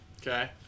Okay